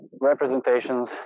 representations